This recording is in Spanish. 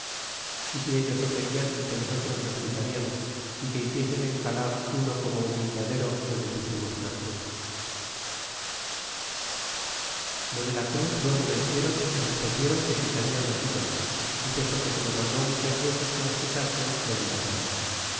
é si ellos no querian que nosotros los quitariamos é que hiciesen encalar uno como humilladero donde pusimos una cruz lo de la cruz luego lo hiciéron y respondiéron que quitarian los ídolos y puesto que se lo mandó muchas veces que los quitasen lo dilataban